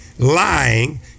Lying